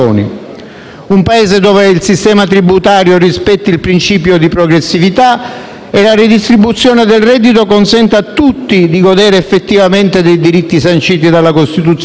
un Paese in cui il sistema tributario rispetti il principio di progressività e la redistribuzione del reddito consenta a tutti di godere effettivamente dei diritti sanciti dalla Costituzione,